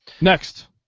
Next